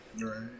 Right